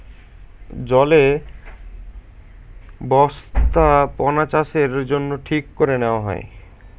জলে বস্থাপনাচাষের জন্য ঠিক করে নেওয়া হয়